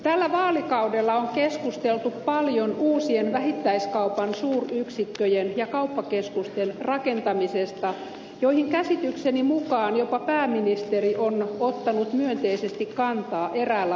tällä vaalikaudella on keskusteltu paljon uusien vähittäiskaupan suuryksikköjen ja kauppakeskusten rakentamisesta johon käsitykseni mu kaan jopa pääministeri on ottanut myönteisesti kantaa eräällä alueella